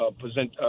present